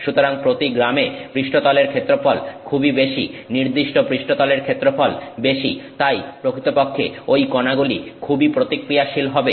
সুতরাং প্রতি গ্রামে পৃষ্ঠতলের ক্ষেত্রফল খুবই বেশি নির্দিষ্ট পৃষ্ঠতলের ক্ষেত্রফল বেশি তাই প্রকৃতপক্ষে ঐ কণাগুলি খুবই প্রতিক্রিয়াশীল হবে